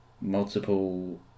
multiple